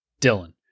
Dylan